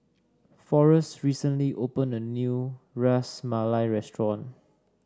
Forrest recently opened a new Ras Malai Restaurant